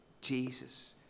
Jesus